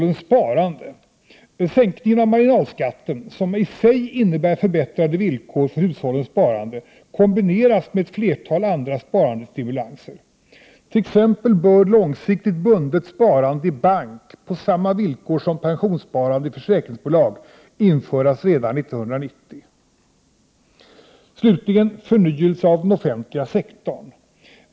En sänkning av marginalskatten som i sig innebär förbättrade villkor för hushållens sparande kombineras med ett flertal andra sparstimulanser. T.ex. bör långsiktigt bundet sparande i bank på samma villkor som pensionssparande i försäkringsbolag införas redan 1990. Slutligen kommer jag till förnyelse av den offentliga sektorn.